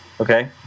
Okay